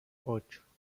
ocho